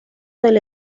del